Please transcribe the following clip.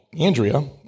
Andrea